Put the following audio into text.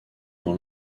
dans